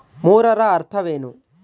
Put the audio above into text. ಮೂರರ ಅರ್ಥವೇನು?